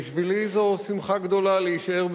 בשבילי זו שמחה גדולה להישאר,